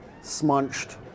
smunched